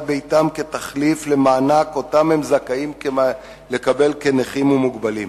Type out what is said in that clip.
ביתם כתחליף למענק שהם זכאים לקבל כנכים ומוגבלים.